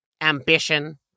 Ambition